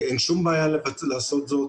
אין שום בעיה לעשות זאת.